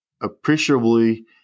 appreciably